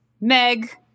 Meg